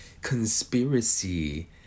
conspiracy